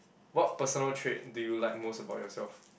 what personal trait do you like most about yourself